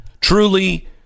Truly